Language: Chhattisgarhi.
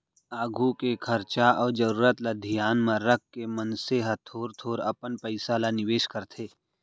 आघु के खरचा अउ जरूरत ल धियान म रखके मनसे ह थोर थोर अपन पइसा ल निवेस करथे